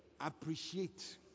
appreciate